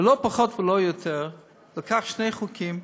הוא לא פחות ולא יותר לקח שני חוקים,